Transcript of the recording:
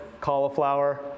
cauliflower